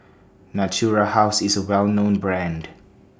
Natura House IS A Well known Brand